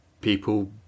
people